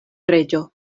reĝo